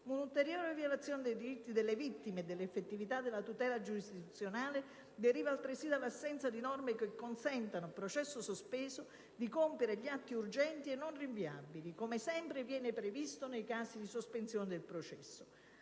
Un'ulteriore violazione dei diritti delle vittime e dell'effettività della tutela giurisdizionale deriva dall'assenza di norme che consentano, a processo sospeso, di compiere gli atti urgenti e non rinviabili, come sempre viene previsto nei casi di sospensione del processo.